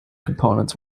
components